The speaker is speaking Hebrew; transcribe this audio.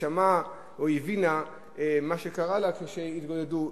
ושמעה או הבינה מה שקרה לה כשהתגודדו.